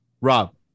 Rob